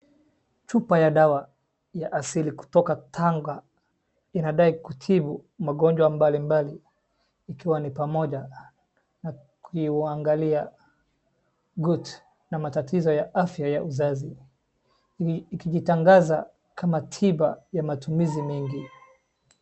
Chupa ya dawa ya asili kutoka Tanga inadai kutibu magonjwa mbali mbali ikiwa ni pamoja huangalia gut na matatizo ya uzazi ikijitangaza kama tiba ya matumizi mengi.